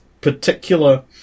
particular